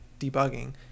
debugging